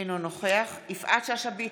אינו נוכח יפעת שאשא ביטון,